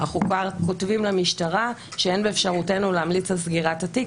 אנחנו כבר כותבים למשטרה שאין באפשרותנו להמליץ על סגירת התיק,